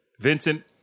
Vincent